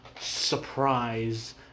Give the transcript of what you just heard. surprise